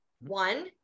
One